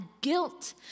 guilt